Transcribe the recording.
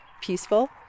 peaceful